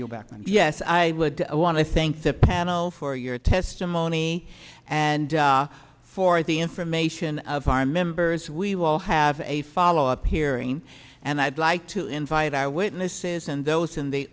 your back and yes i would want to thank the panel for your testimony and for the information of our members we will have a follow up hearing and i'd like to invite our witnesses and those in the